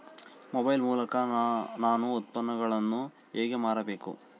Mobile ಮೂಲಕ ನಾನು ಉತ್ಪನ್ನಗಳನ್ನು ಹೇಗೆ ಮಾರಬೇಕು?